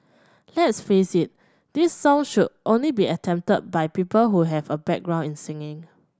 let's face it this song should only be attempted by people who have a background in singing